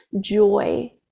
joy